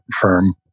firm